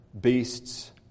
beasts